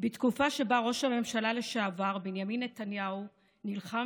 בתקופה שבה ראש הממשלה לשעבר בנימין נתניהו נלחם